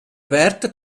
wärter